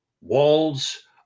Walls